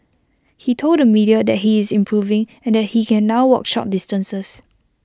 he told the media that he is improving and that he can now walk short distances